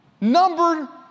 Number